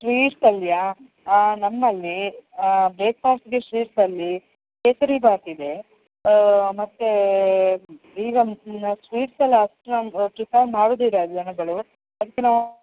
ಸ್ವೀಟ್ಸಲ್ಲಿಯ ನಮ್ಮಲ್ಲಿ ಬ್ರೇಕ್ಫಾಸ್ಟ್ಗೆ ಸ್ವೀಟ್ಸಲ್ಲಿ ಕೇಸರಿಭಾತ್ ಇದೆ ಮತ್ತೆ ಈಗ ಸ್ವೀಟ್ಸೆಲ್ಲ ಅಷ್ಟು ನಾವು ಪ್ರಿಫರ್ ಮಾಡುವುದಿಲ್ಲ ಜನಗಳು ಅದಕ್ಕೆ ನಾವು